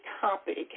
topic